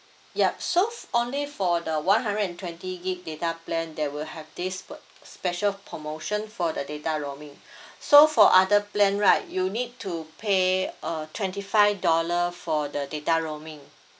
yup so only for the one hundred and twenty gigabyte data plan they will have this per special promotion for the data roaming so for other plan right you need to pay uh twenty five dollar for the data roaming